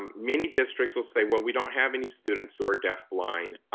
um many districts will say, well, we don't have any students who are deaf-blind.